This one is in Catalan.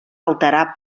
alterar